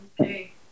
Okay